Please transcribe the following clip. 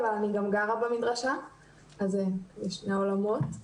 אבל אני גם גרה במדרשה אז זה שני העולמות.